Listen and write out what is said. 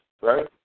Right